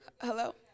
Hello